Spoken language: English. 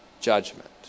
judgment